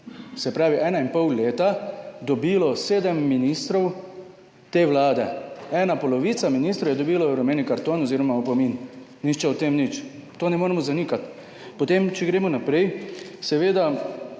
se pravi ena in pol leta, dobilo 7 ministrov te Vlade. Ena polovica ministrov je dobilo rumeni karton oziroma opomin. Nihče o tem nič. To ne moremo zanikati. Potem, če gremo naprej, seveda